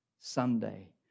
Sunday